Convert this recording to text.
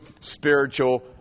spiritual